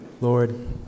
Lord